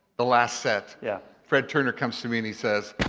the last set, yeah fred turner comes to me and he says,